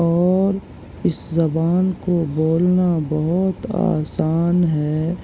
اور اس زبان کو بولنا بہت آسان ہے